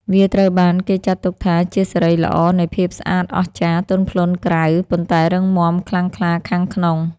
វាត្រូវបានគេចាត់ទុកថាជាសិរីល្អនៃភាពស្អាតអស្ចារ្យ ទន់ភ្លន់ក្រៅ ប៉ុន្តែរឹងមាំខ្លាំងក្លាខាងក្នុង។